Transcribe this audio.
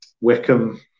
Wickham